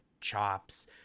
chops